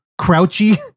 crouchy